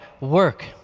work